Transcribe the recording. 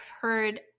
heard